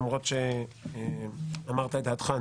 למרות שאמרת את דעתך,